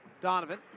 Donovan